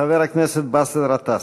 חבר הכנסת באסל גטאס.